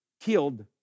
killed